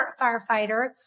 firefighter